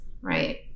right